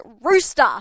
rooster